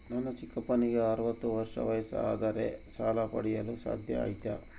ನನ್ನ ಚಿಕ್ಕಪ್ಪನಿಗೆ ಅರವತ್ತು ವರ್ಷ ವಯಸ್ಸು ಆದರೆ ಸಾಲ ಪಡೆಯಲು ಸಾಧ್ಯ ಐತಾ?